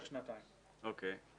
עליו